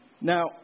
Now